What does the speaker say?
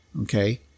okay